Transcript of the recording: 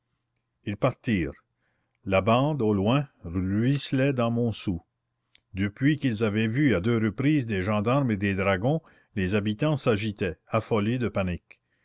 ils partirent la bande au loin ruisselait dans montsou depuis qu'ils avaient vu à deux reprises des gendarmes et des dragons les habitants s'agitaient affolés de panique